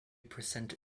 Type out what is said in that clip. present